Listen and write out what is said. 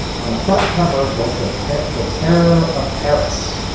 on the front cover was the pair the terror of paris.